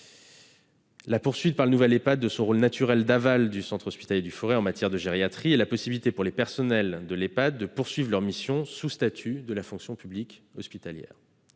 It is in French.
la poursuite par le nouvel établissement de son rôle naturel d'aval du Centre hospitalier du Forez en matière de gériatrie, et la possibilité pour les personnels de l'Ehpad de poursuivre leur mission sous le statut de la fonction publique hospitalière.